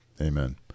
Amen